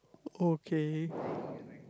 oh okay